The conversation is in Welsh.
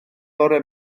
fore